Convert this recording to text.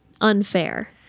unfair